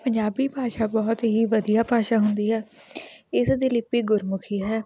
ਪੰਜਾਬੀ ਭਾਸ਼ਾ ਬਹੁਤ ਹੀ ਵਧੀਆ ਭਾਸ਼ਾ ਹੁੰਦੀ ਹੈ ਇਸ ਦੀ ਲਿਪੀ ਗੁਰਮੁੱਖੀ ਹੈ